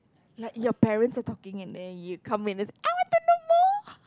like your parents are talking and then you come in and just I want to know more